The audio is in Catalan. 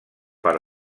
per